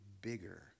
bigger